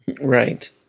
Right